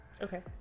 Okay